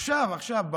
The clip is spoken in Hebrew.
עכשיו עכשיו,